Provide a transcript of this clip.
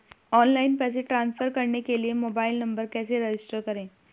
Online पैसे transfer करने के लिए मोबाइल नंबर कैसे रजिस्टर करें?